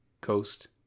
coast